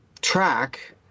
track